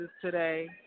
today